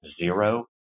zero